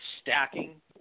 stacking